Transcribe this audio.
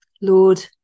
Lord